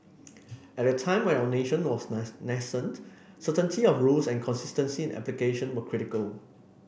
at a time where our nation was nascent certainty of rules and consistency in application were critical